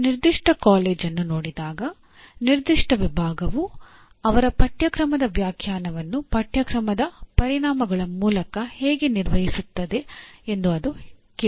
ಒಂದು ನಿರ್ದಿಷ್ಟ ಕಾಲೇಜನ್ನು ನೋಡಿದಾಗ ನಿರ್ದಿಷ್ಟ ವಿಭಾಗವು ಅವರ ಪಠ್ಯಕ್ರಮದ ವ್ಯಾಖ್ಯಾನವನ್ನು ಪಠ್ಯಕ್ರಮದ ಪರಿಣಾಮಗಳ ಮೂಲಕ ಹೇಗೆ ನಿರ್ವಹಿಸುತ್ತದೆ ಎಂದು ಅದು ಕೇಳುತ್ತದೆ